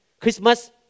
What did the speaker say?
Christmas